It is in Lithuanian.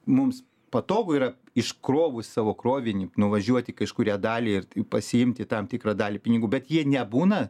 mums patogu yra iškrovus savo krovinį nuvažiuoti kažkurią dalį ir taip pasiimti tam tikrą dalį pinigų bet jie nebūna